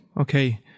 Okay